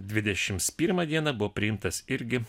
dvidešimt pirmą dieną buvo priimtas irgi